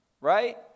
Right